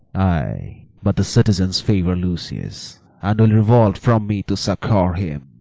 ay, but the citizens favour lucius, and will revolt from me to succour him.